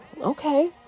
Okay